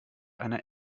einer